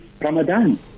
Ramadan